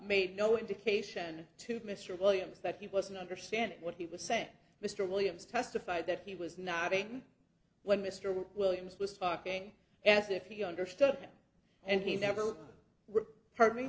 made no indication to mr williams that he wasn't understand what he was saying mr williams testified that he was nodding when mr williams was talking as if he understood and he never